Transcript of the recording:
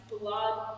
blood